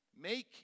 make